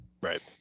Right